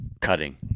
cutting